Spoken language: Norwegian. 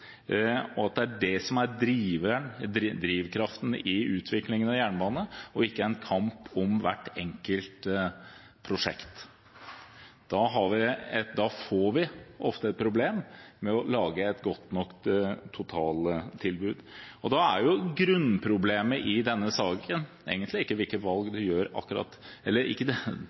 som mulig, og at det er det som er drivkraften i utviklingen av jernbanen, og ikke en kamp om hvert enkelt prosjekt. Da får vi ofte et problem med å lage et godt nok totaltilbud. Grunnproblemet er kapasiteten på en jernbane som er gammel, og hvor man har et ensporet tilbud, med de kapasitetsproblemene som ligger i